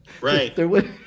Right